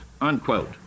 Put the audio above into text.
unquote